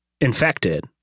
infected